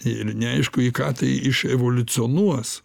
ir neaišku į ką tai iševoliucionuos